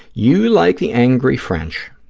you like the angry french.